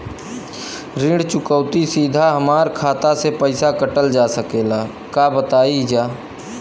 ऋण चुकौती सीधा हमार खाता से पैसा कटल जा सकेला का बताई जा?